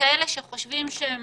לכאלה שחושבים שהם